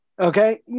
Okay